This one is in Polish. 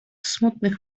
smutnych